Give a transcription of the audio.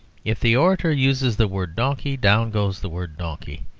if the orator uses the word donkey, down goes the word donkey.